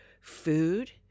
food